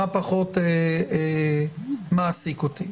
מה פחות מעסיק אותי,